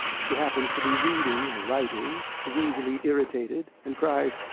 she happens to be reading or writing, is easily irritated, and cries,